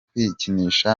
kwikinisha